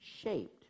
shaped